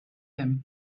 him